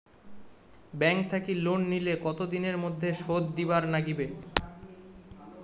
Bank থাকি loan নিলে কতো দিনের মধ্যে শোধ দিবার নাগিবে?